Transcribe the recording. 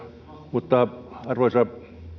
mutta arvoisa